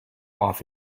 off